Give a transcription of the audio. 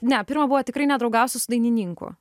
ne pirma buvo tikrai nedraugausiu su dainininku